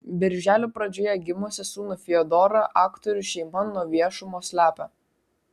birželio pradžioje gimusį sūnų fiodorą aktorių šeima nuo viešumo slepia